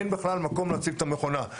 אין בכלל מקום להציב את המכונה.